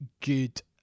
good